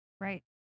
right